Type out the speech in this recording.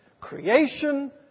Creation